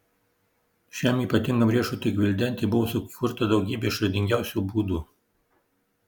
šiam ypatingam riešutui gvildenti buvo sukurta daugybė išradingiausių būdų